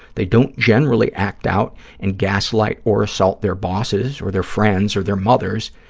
they don't generally act out and gaslight or assault their bosses or their friends or their mothers.